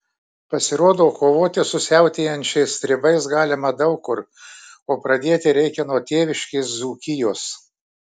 pasirodo kovoti su siautėjančiais stribais galima daug kur o pradėti reikia nuo tėviškės dzūkijos